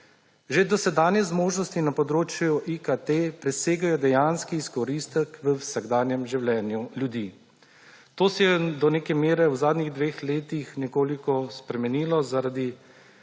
Že dosedanje zmožnosti na področju IKT presegajo dejanski izkoristek v vsakdanjem življenju ljudi. To se je do neke mere v zadnjih dveh letih nekoliko spremenilo zaradi